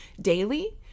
daily